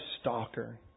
stalker